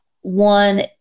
One